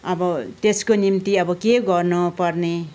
अब त्यसको निम्ति अब के गर्न पर्ने